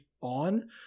on